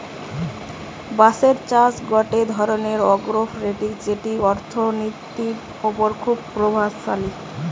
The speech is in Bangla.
বাঁশের চাষ গটে ধরণের আগ্রোফরেষ্ট্রী যেটি অর্থনীতির ওপর খুবই প্রভাবশালী